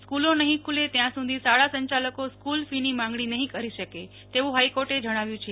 સ્કુલો નહિ ખુલે ત્યાં સુધી શાળા સંચાલકો સ્કુલ ફીની માંગણી નહીં કરી શકે તેવું હાઈકોર્ટે જણાવ્યું છે